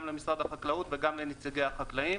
גם למשרד החקלאות וגם לנציגי החקלאים.